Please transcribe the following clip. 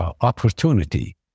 opportunity